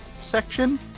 section